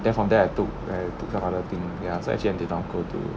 then from there I took I took another thing ya so actually I did not go to